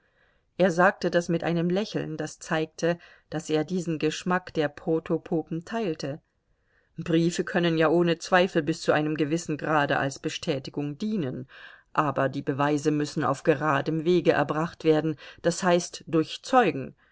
er sagte das mit einem lächeln das zeigte daß er diesen geschmack der protopopen teilte briefe können ja ohne zweifel bis zu einem gewissen grade als bestätigung dienen aber die beweise müssen auf geradem wege erbracht werden das heißt durch zeugen